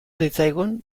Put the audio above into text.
zitzaigun